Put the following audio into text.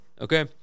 okay